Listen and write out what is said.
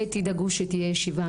מי נציג משרד הכלכלה, אפשר להבין?